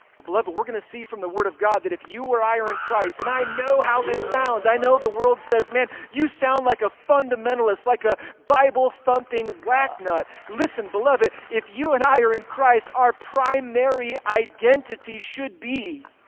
beloved, but we're going to see from the word of god that if you or i are in christ, and i know how this sounds, i know the world says man you sound like a fundamentalist, like a bible-thumping wack nut. listen beloved if you and i are in christ our primary identity should be